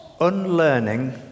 unlearning